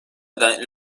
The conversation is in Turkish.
eden